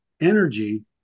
energy